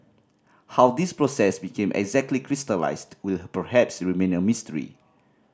how this process became exactly crystallised will perhaps remain a mystery